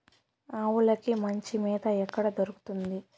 ఆవులకి మంచి మేత ఎక్కడ దొరుకుతుంది?